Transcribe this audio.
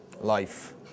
life